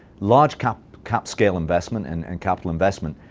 large-cap large-cap scale investment and and capital investment,